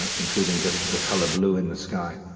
and including just the color blue in the sky,